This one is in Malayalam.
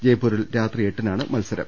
ജയ്പ്പൂരിൽ രാത്രി എട്ടിനാണ് മത്സരം